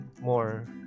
more